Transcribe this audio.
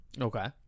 Okay